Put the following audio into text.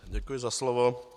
Děkuji za slovo.